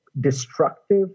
destructive